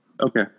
Okay